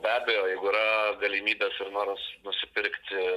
be abejo jeigu yra galimybė ir noras nusipirkti